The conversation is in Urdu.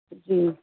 جی